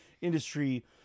industry